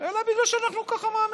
אלא בגלל שאנחנו ככה מאמינים.